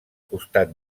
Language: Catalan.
costat